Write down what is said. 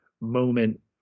moment